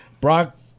Brock